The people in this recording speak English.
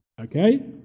Okay